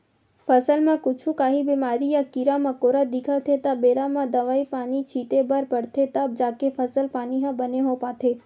फसल म कुछु काही बेमारी या कीरा मकोरा दिखत हे त बेरा म दवई पानी छिते बर परथे तब जाके फसल पानी ह बने हो पाथे